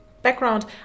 Background